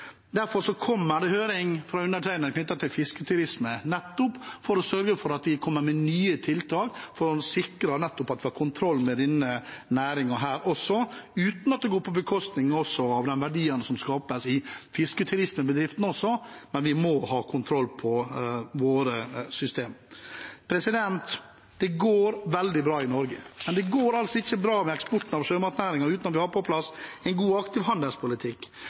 Derfor kommer det høring fra undertegnede knyttet til fisketurisme, nettopp for å sørge for at vi kommer med nye tiltak for å sikre at vi har kontroll med denne næringen her også, uten at det går på bekostning av den verdien som skapes i fisketurismebedriftene. Men vi må ha kontroll på våre system. Det går veldig bra i Norge, men det går altså ikke bra med eksporten av sjømat uten at vi har på plass en god og aktiv handelspolitikk.